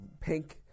pink